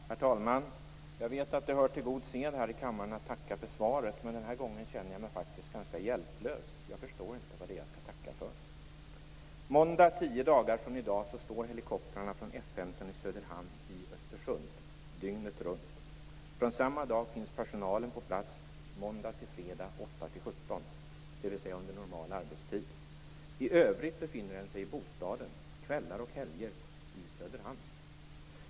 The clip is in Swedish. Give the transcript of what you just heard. Herr talman! Jag vet att det hör till god sed här i kammaren att tacka för svaret, men den här gången känner jag mig faktiskt ganska hjälplös. Jag förstår inte vad det är jag skall tacka för. Sedan måndag tio dagar från i dag står helikoptrarna från F 15 i Söderhamn i Östersund dygnet runt. Från samma dag finns personalen på plats måndagfredag, kl. 8-17, dvs. under normal arbetstid. I övrigt, kvällar och helger, befinner den sig i bostaden, i Söderhamn.